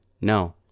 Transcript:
No